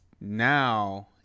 now